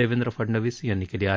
देवेंद्र फडनवीस यांनी केली आहे